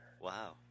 Wow